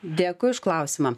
dėkui už klausimą